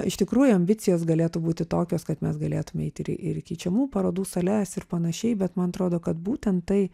iš tikrųjų ambicijos galėtų būti tokios kad mes galėtume eiti ir į ir į keičiamų parodų sales ir panašiai bet man atrodo kad būtent tai